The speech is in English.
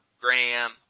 Graham